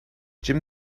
jim